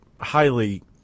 highly